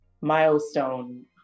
milestone